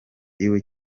iwe